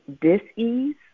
dis-ease